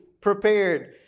prepared